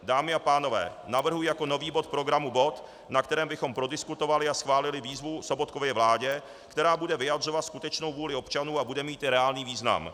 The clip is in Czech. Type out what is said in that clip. Dámy a pánové, navrhuji jako nový bod programu bod, na kterém bychom prodiskutovali a schválili výzvu Sobotkově vládě, která bude vyjadřovat skutečnou vůli občanů a bude mít i reálný význam.